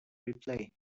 replay